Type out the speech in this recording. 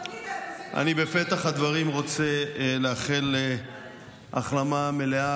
בפתח הדברים אני רוצה לאחל החלמה מלאה